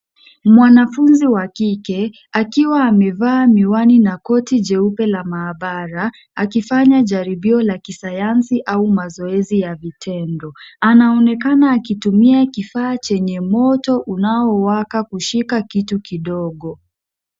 Mwanafunzi wa kike, akiwa amevaa miwani na koti jeupe la maabara, akifanya jaribio la kisayansi au mazoezi ya vitendo. Anaonekana akitumia kifaa chenye moto unaowaka kushika kitu kidogo.